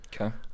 Okay